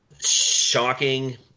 Shocking